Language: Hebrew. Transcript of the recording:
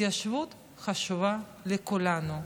ההתיישבות חשובה לכולנו.